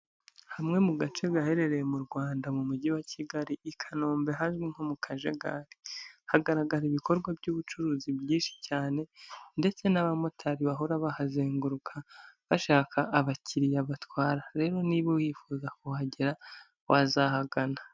Hamwe mu gace gaherereye mu Rwanda mu mujyi wa Kigali, i Kanombe ahazwi nko mu Kajagari, hagaragara ibikorwa by'ubucuruzi byinshi cyane ndetse n'abamotari bahora bahazenguruka, bashaka abakiriya batwara, rero niba wifuza kuhagera wazahagana.